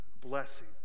blessing